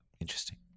interesting